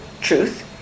truth